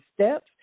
steps